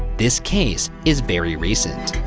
this case is very recent,